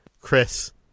Chris